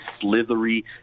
slithery